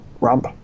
ramp